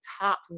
top